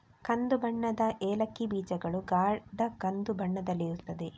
ಕಂದು ಬಣ್ಣದ ಏಲಕ್ಕಿ ಬೀಜಗಳು ಗಾಢ ಕಂದು ಬಣ್ಣದಲ್ಲಿರುತ್ತವೆ